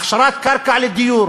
הכשרת קרקע לדיור,